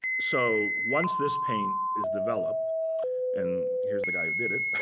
so once this paint is developed and here's the guy who did it.